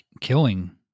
killing